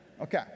okay